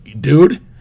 dude